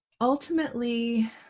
ultimately